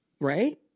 right